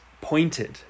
pointed